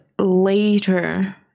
later